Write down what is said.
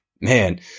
man